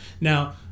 now